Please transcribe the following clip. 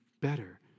Better